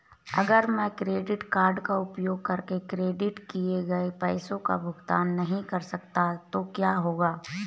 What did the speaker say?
अगर मैं credit card का उपयोग करके क्रेडिट किए गए पैसे का भुगतान नहीं कर सकता तो क्या होगा?